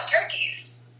turkeys